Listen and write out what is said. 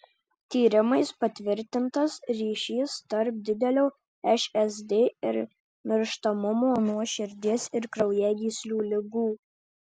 tyrimais patvirtintas ryšis tarp didelio šsd ir mirštamumo nuo širdies ir kraujagyslių ligų